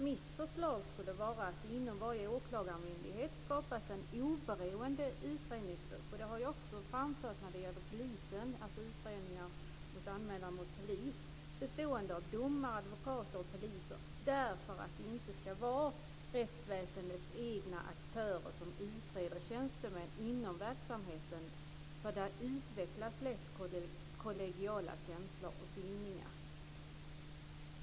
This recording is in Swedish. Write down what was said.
Mitt förslag skulle vara att det inom varje åklagarmyndighet skapas en oberoende utredningsgrupp - det har jag också framfört när det gäller utredningar av anmälningar mot polis - bestående av domare, advokater och poliser. Det ska inte vara rättsväsendets egna aktörer som utreder tjänstemän inom verksamheten, för där utvecklas lätt kollegiala känslor och bindningar.